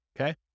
Okay